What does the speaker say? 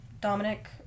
Dominic